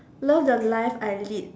love the life I lead